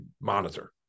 monitor